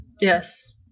Yes